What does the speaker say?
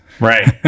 right